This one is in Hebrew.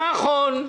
נכון.